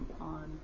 on